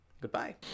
Goodbye